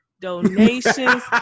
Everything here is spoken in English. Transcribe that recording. Donations